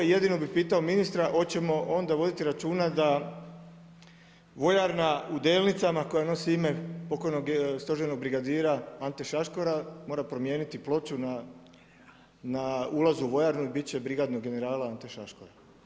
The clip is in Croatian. Jedino bih pitao ministra, hoćemo onda voditi računa da vojarna u Delnicama koja nosi ime pokojnog stožernog brigadira Ante Šaškora, mora promijeniti ploču na ulazu u vojarnu i bit će „brigadnog generala Ante Šaškora“